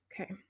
Okay